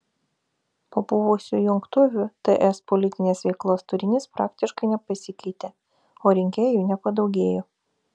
po buvusių jungtuvių ts politinės veiklos turinys praktiškai nepasikeitė o rinkėjų nepadaugėjo